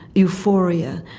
euphoria,